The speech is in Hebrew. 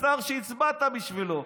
השר שהצבעת בשבילו.